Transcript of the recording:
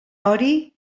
hori